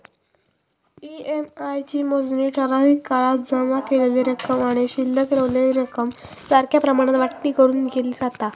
EMI ची मोजणी ठराविक काळात जमा केलेली रक्कम आणि शिल्लक रवलेली रक्कम सारख्या प्रमाणात वाटणी करून केली जाता